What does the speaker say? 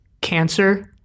cancer